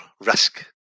risk